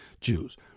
Jews